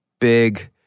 big